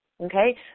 okay